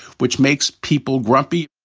which makes people grumpy,